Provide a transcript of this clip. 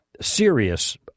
serious